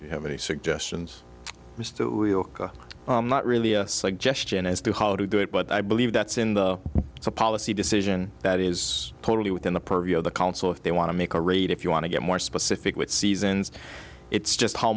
or have any suggestions not really a suggestion as to how to do it but i believe that's in the it's a policy decision that is totally within the purview of the council if they want to make a rate if you want to get more specific with seasons it's just how